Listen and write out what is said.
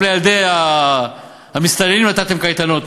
גם לילדי המסתננים נתתם קייטנות,